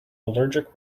allergic